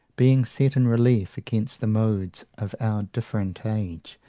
being set in relief against the modes of our different age.